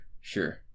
sure